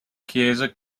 chiese